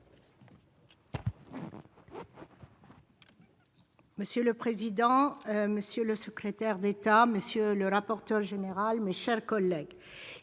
Monsieur le président, monsieur le secrétaire d'État, monsieur le rapporteur spécial, mes chers collègues,